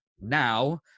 now